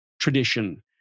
tradition